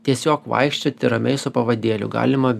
tiesiog vaikščioti ramiai su pavadėliu galima